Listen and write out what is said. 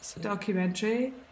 documentary